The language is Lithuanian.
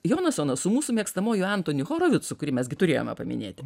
jonasonas su mūsų mėgstamuoju entoni horovicu kurį mes gi turėjome paminėti